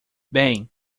bem